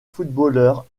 footballeur